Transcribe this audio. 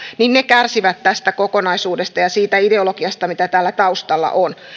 kärsivät tästä kokonaisuudesta ja siitä ideologiasta mitä täällä taustalla on